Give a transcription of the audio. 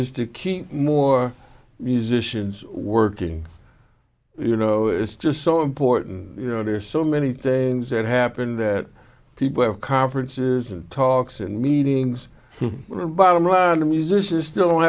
is to keep more musicians working you know it's just so important you know there are so many things that happen that people have conferences and talks and meetings bottom run the musicians still